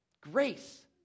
Grace